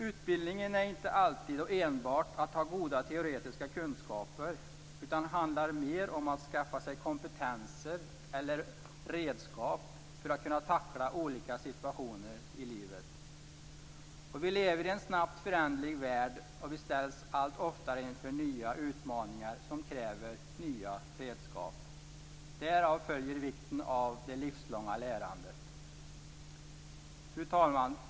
Utbildning är inte alltid och enbart att ha goda teoretiska kunskaper, utan handlar mer om att skaffa sig kompetens eller redskap för att kunna tackla olika situationer i livet. Vi lever i en snabbt föränderlig värld och ställs allt oftare inför nya utmaningar som kräver nya redskap. Därav vikten av det livslånga lärandet. Fru talman!